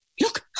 look